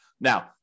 Now